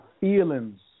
feelings